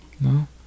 No